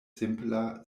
simpla